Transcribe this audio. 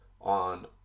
on